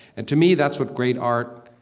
and to me, that's what great art,